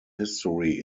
history